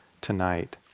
tonight